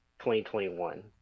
2021